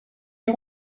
you